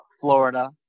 Florida